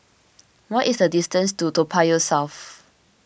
what is the distance to Toa Payoh South